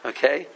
Okay